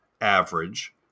average